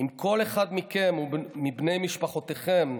אם כל אחד מכם ומבני משפחותיכם,